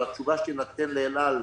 או התשובה שתינתן לאל-על